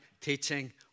teaching